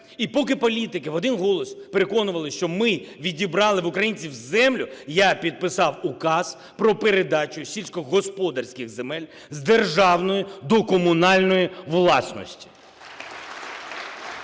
І поки політики в один голос переконували, що ми відібрали в українців землю, я підписав Указ про передачу сільськогосподарських земель з державної до комунальної власності.